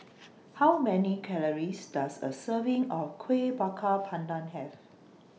How Many Calories Does A Serving of Kuih Bakar Pandan Have